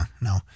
no